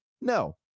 No